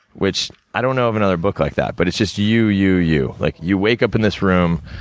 which, i don't know of another book like that. but, it's just you, you, you. like you wake up in this room,